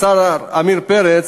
השר עמיר פרץ,